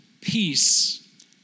peace